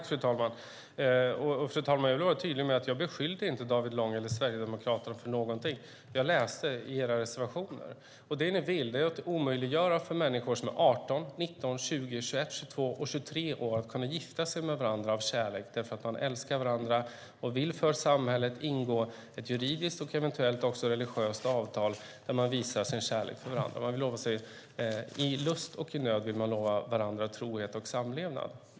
Fru talman! Jag vill vara tydlig med att jag inte beskyllde David Lång eller Sverigedemokraterna för någonting. Jag läste i era reservationer. Ni är villiga att omöjliggöra för människor som är 18, 19, 20, 21, 22 och 23 år att gifta sig med varandra av kärlek, därför att de älskar varandra och vill ingå ett juridiskt och eventuellt också religiöst avtal där de visar sin kärlek för varandra. I lust och nöd vill man lova varandra trohet och samlevnad.